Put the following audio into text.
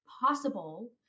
possible